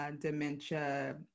dementia